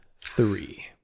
three